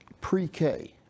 pre-K